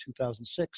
2006